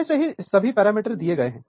पहले से ही सभी पैरामीटर दिए गए हैं